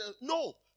No